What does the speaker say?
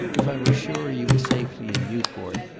if i were sure you were safely in newport,